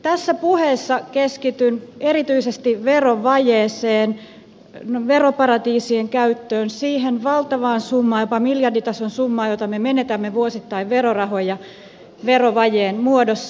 tässä puheessa keskityn erityisesti verovajeeseen veroparatiisien käyttöön siihen valtavaan summaan jopa miljarditason summaan jota me menetämme vuosittain verorahoja verovajeen muodossa